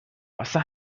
واسه